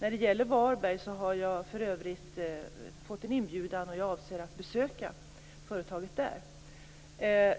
När det gäller Varberg har jag för övrigt fått en inbjudan därifrån, och jag avser att besöka företaget där.